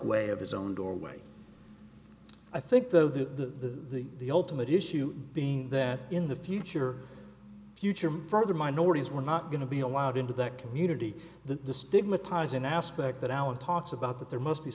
way of his own doorway i think though the the ultimate issue being that in the future future further minorities were not going to be allowed into that community the stigmatizing aspect that alan talks about that there must be